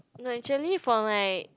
no actually for like